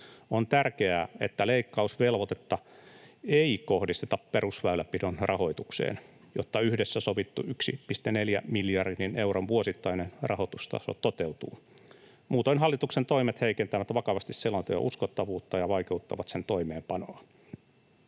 On tärkeää, että leikkausvelvoitetta ei kohdisteta perusväylänpidon rahoitukseen, jotta yhdessä sovittu 1,4 miljardin euron vuosittainen rahoitustaso toteutuu. Muutoin hallituksen toimet heikentävät vakavasti selonteon uskottavuutta ja vaikeuttavat sen toimeenpanoa.